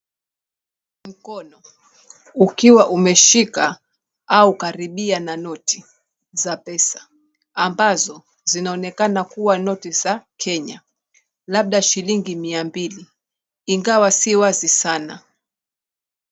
Mkono ukiwa umeshika au kukaribia noti za pesa ambazo zinaonekana kuwa noti za Kenya labda shilingi mia mbili ingawa si wazi sana.